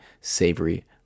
Savory